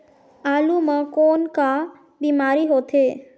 आलू म कौन का बीमारी होथे?